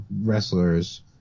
wrestlers